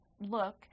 look